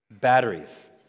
batteries